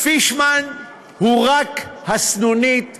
פישמן הוא רק הסנונית הראשונה,